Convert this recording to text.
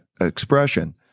expression